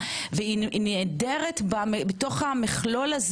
והיא נעדרת בתוך המכלול,